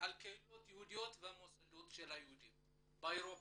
על קהילות יהודיות ומוסדות יהודיים באירופה.